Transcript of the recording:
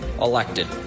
elected